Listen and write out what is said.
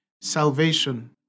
Salvation